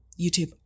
YouTube